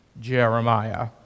Jeremiah